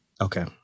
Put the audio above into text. Okay